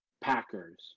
Packers